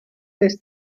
des